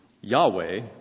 Yahweh